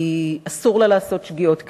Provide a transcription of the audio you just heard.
אסור לה לעשות שגיאות כתיב,